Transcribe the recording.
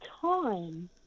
time